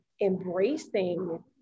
embracing